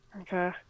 Okay